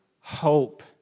hope